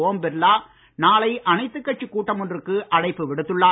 ஓம் பிர்லா நாளை அனைத்துக் கட்சிக் கூட்டம் ஒன்றுக்கு அழைப்பு விடுத்துள்ளார்